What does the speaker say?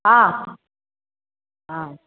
हँ हँ